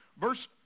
Verse